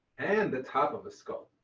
and the top of a skull.